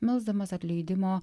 melsdamas atleidimo